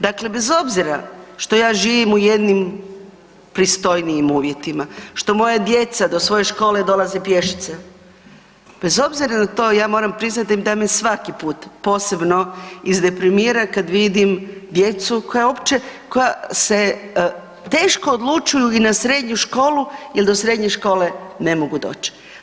Dakle, bez obzira što ja živim u jednim pristojnijim uvjetima, što moja djeca do svoje škole dolaze pješice, bez obzira na to ja moram priznati da me dam svaki put posebno izdeprimira kad vidim djecu koja se teško odlučuju i na srednju školu jer do srednje škole ne mogu doć.